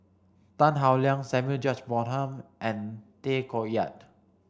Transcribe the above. Tan Howe Liang Samuel George Bonham and Tay Koh Yat